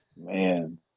Man